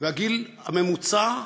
והגיל הממוצע,